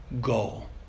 goal